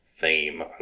theme